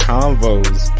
Convos